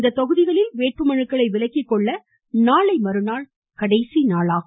இந்த தொகுதிகளில் வேட்புமனுக்களை விலக்கி கொள்ள நாளை மறுநாள் கடைசி நாளாகும்